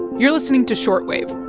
you're listening to short wave